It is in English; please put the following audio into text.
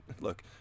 look